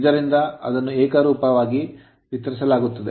ಇದರಿಂದ ಅದನ್ನು ಏಕರೂಪವಾಗಿ ವಿತರಿಸಲಾಗುತ್ತದೆ